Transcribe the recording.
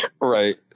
Right